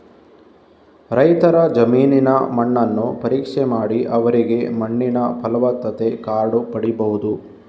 ರೈತರ ಜಮೀನಿನ ಮಣ್ಣನ್ನು ಪರೀಕ್ಷೆ ಮಾಡಿ ಅವರಿಗೆ ಮಣ್ಣಿನ ಫಲವತ್ತತೆ ಕಾರ್ಡು ಪಡೀಬಹುದು